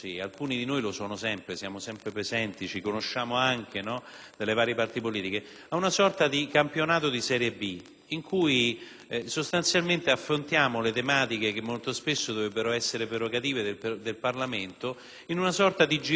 le varie parti politiche - ad una sorta di campionato di serie B, in cui sostanzialmente affrontiamo le tematiche, che molto spesso dovrebbero essere prerogativa del Parlamento, in una sorta di girone di ritorno. Allora, torno ad insistere